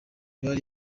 bari